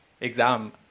exam